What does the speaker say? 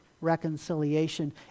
reconciliation